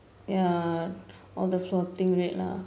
ya all the floating rate lah